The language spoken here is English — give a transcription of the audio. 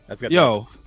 Yo